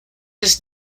his